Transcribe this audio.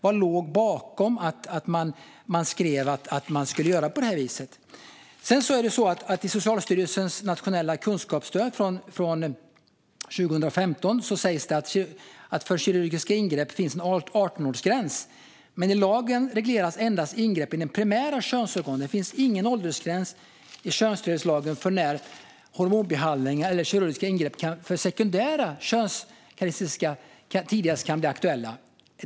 Vad låg bakom att man skrev att man skulle göra så? I Socialstyrelsens nationella kunskapsstöd från 2015 sägs det att det för kirurgiska ingrepp finns en 18-årsgräns. Men i lagen regleras endast ingrepp i det primära könsorganet. Det finns ingen åldersgräns i könstillhörighetslagen för när hormonbehandlingar eller kirurgiska ingrepp för sekundära könskarakteristika tidigast kan bli aktuella.